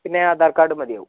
പിന്നെ ആധാർ കാർഡും മതിയാവും